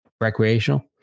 Recreational